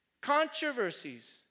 Controversies